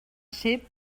ser